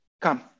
come